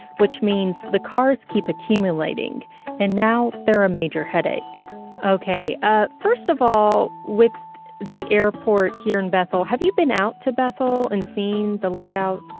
which means the cars keep accumulating and now they're a major headache okay. ah first of all, with the airport here in bethel, have you been out to bethel and seen the layout?